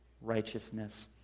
righteousness